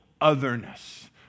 otherness